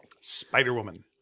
Spider-Woman